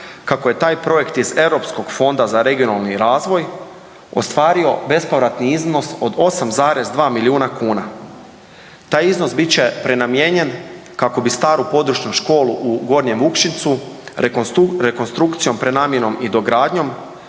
kako je taj projekt iz Europskog fonda za regionalni razvoj ostvario bespovratni iznos od 8,2 miliona kuna. Taj iznos bit će prenamijenjen kako bi staru područnu školu u Gornjem Vukšincu rekonstrukcijom, prenamjenom i dogradnjom